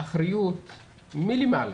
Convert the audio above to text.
האחריות מלמעלה,